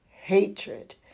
hatred